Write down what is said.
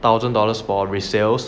a thousand dollars for resales